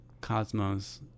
Cosmo's